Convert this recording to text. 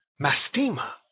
Mastema